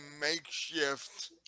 makeshift